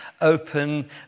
Open